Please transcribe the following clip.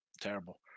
Terrible